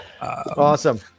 awesome